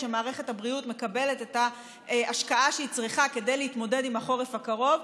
שמערכת הבריאות מקבלת את ההשקעה שהיא צריכה כדי להתמודד עם החורף הקרוב,